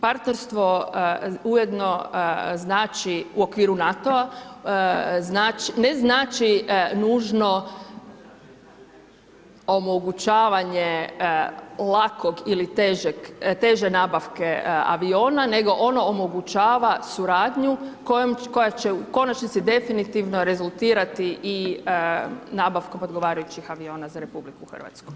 Partnerstvo ujedno znači u okviru NATO-a ne znači nužno omogućavanje lakog ili teže nabavke aviona nego ono omogućava suradnju koja će u konačnici definitivno rezultirati i nabavkom odgovarajućih aviona za RH.